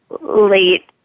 late